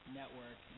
network